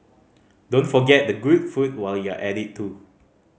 don't forget the good food while you're at it too